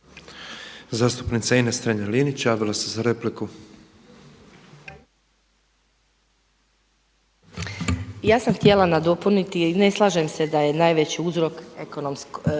Zastupnica Ines Strenja-Linić javila se za repliku. **Strenja, Ines (MOST)** Ja sam htjela nadopuniti. Ne slažem se da je najveći uzrok ekonomsko